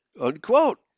unquote